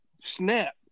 Snap